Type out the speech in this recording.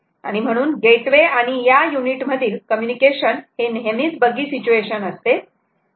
आणि म्हणून गेटवे आणि या युनिट मधील कम्युनिकेशन हे नेहमीच बग्गी सिच्युएशन असते